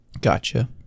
Gotcha